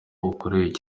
ukorerwe